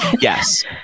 yes